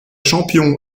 champion